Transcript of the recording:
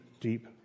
deep